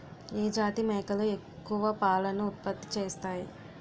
ఏ జాతి మేకలు ఎక్కువ పాలను ఉత్పత్తి చేస్తాయి?